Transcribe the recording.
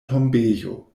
tombejo